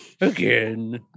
Again